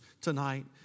tonight